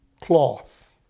cloth